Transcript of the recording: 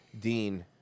Dean